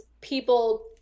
people